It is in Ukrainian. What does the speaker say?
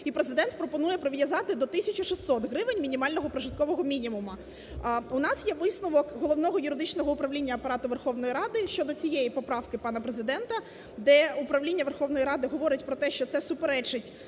і Президент пропонує прив'язати до тисячі 600 гривень мінімального прожиткового мінімуму. У нас є висновок Головного юридичного управління Апарату Верховної Ради України, що до цієї поправки пана Президента, де управління Верховної Ради говорить про те, що це суперечить